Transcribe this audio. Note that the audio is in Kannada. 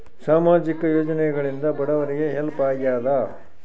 ಸಾಮಾಜಿಕ ಯೋಜನೆಗಳಿಂದ ಬಡವರಿಗೆ ಹೆಲ್ಪ್ ಆಗ್ಯಾದ?